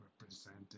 represented